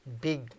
Big